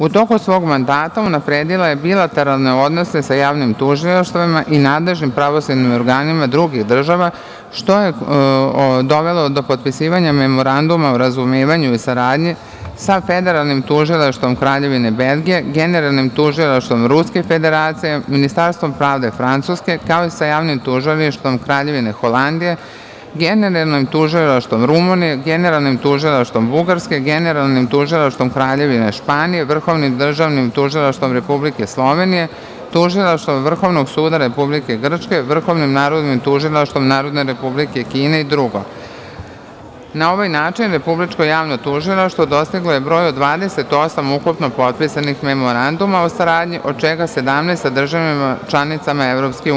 U toku svog mandata, unapredila je bilateralne odnose sa javnim tužilaštvima i nadležnim pravosudnim organima drugih država, što je dovelo do potpisivanja Memoranduma o razumevanju i saradnji sa Federalnim tužilaštvom Kraljevine Belgije, Generalnim tužilaštvom Ruske Federacije, Ministarstvom pravde Francuske, kao i sa Javnim tužilaštvom Kraljevine Holandije, Generalnim tužilaštvom Rumunije, Generalnim tužilaštvom Bugarske, Generalnim tužilaštvom Kraljevine Španije, Vrhovnim državnim tužilaštvom Republike Slovenije, Tužilaštvom Vrhovnog suda Republike Grčke, Vrhovnim narodnim tužilaštvom Narodne Republike Kine i dr. Na ovaj način, Republičko javno tužilaštvo dostiglo je broj od 28 ukupno potpisanih memoranduma o saradnji, od čega 17 sa državama članicama EU.